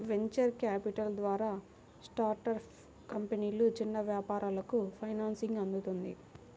venture capital ద్వారా startup కంపెనీలు, చిన్న వ్యాపారాలకు ఫైనాన్సింగ్ అందుతుంది